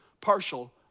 partial